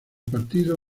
partido